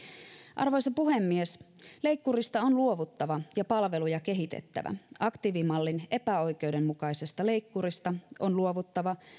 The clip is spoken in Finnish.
arvoisa puhemies leikkurista on luovuttava ja palveluja kehitettävä aktiivimallin epäoikeudenmukaisesta leikkurista on luovuttava